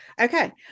Okay